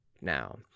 Now